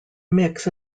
mix